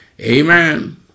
Amen